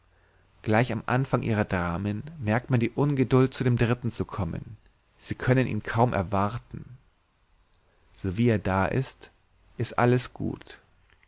gleich am anfang ihrer dramen merkt man die ungeduld zu dem dritten zu kommen sie könnten ihn kaum erwarten sowie er da ist ist alles gut